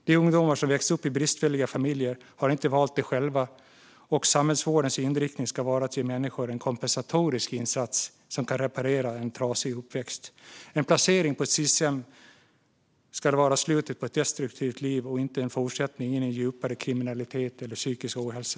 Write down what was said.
De ungdomar som växt upp i bristfälliga familjer har inte valt detta själva, och samhällsvårdens inriktning ska vara att ge människor en kompensatorisk insats som kan reparera en trasig uppväxt. En placering på ett Sis-hem ska vara slutet på ett destruktivt liv och inte en fortsättning in i djupare kriminalitet eller psykisk ohälsa.